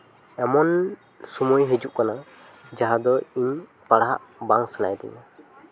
ᱮᱢᱚᱱ ᱥᱚᱢᱚᱭ ᱦᱤᱡᱩᱜ ᱠᱟᱱᱟ ᱡᱟᱦᱟᱸ ᱫᱚ ᱤᱧ ᱯᱟᱲᱦᱟᱜ ᱵᱟᱝ ᱥᱟᱱᱟᱧ ᱠᱟᱱᱟ